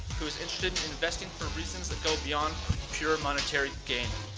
who's interested in investing for reasons that go beyond pure monetary gain.